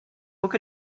book